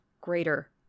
greater